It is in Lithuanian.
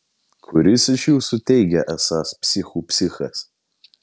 kuris iš jūsų teigia esąs psichų psichas